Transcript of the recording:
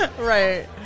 right